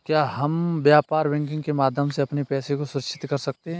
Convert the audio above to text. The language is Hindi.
क्या हम व्यापार बैंकिंग के माध्यम से अपने पैसे को सुरक्षित कर सकते हैं?